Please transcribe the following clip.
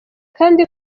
kandi